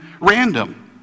random